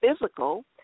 physical